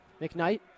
McKnight